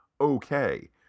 okay